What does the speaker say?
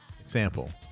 Example